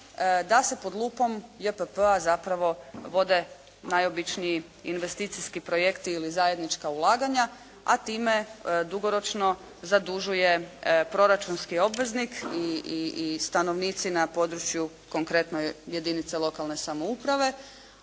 da se pod lupom JPP-a zapravo vode najobičniji investicijski projekti ili zajednička ulaganja a time dugoročno zadužuje proračunski obveznik i stanovnici na području konkretno jedinica lokalne samouprave